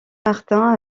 martin